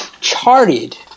charted